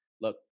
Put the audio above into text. Look